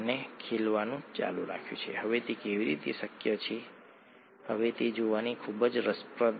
તેથી જ અમને આ 4 મૂળભૂત બાયોમોલેક્યુલ્સ વિશે જાણવામાં ખૂબ રસ હતો